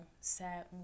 sad